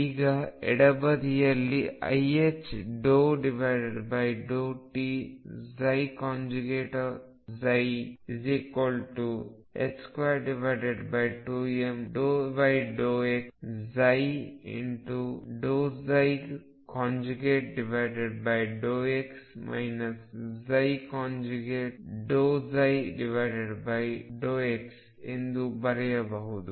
ಈಗ ಎಡಬದಿಯಲ್ಲಿ iℏ ∂t22m ∂x∂x ∂ψ∂x ಎಂದು ಬರೆಯಬಹುದು